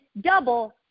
double